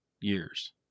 years